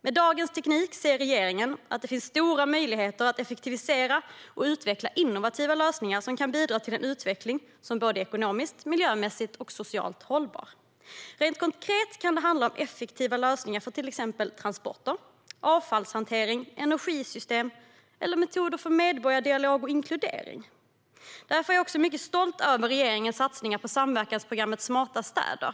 Med dagens teknik ser regeringen att det finns stora möjligheter att effektivisera och utveckla innovativa lösningar som kan bidra till en utveckling som är såväl ekonomiskt som miljömässigt och socialt hållbar. Rent konkret kan det handla om effektiva lösningar för till exempel transporter, avfallshantering och energisystem eller metoder för medborgardialog och inkludering. Därför är jag mycket stolt över regeringens satsningar på samverkansprogrammet Smarta städer.